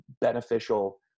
beneficial